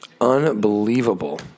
Unbelievable